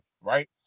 right